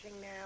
now